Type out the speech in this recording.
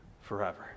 forever